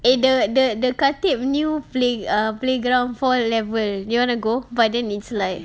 eh the the the khatib new play~ err playground four level you wanna go but then it's like